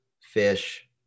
fish